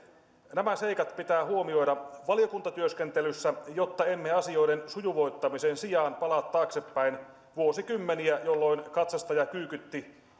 nämä seikat pitää huomioida valiokuntatyöskentelyssä jotta emme asioiden sujuvoittamisen sijaan palaa taaksepäin vuosikymmeniä jolloin katsastaja kyykytti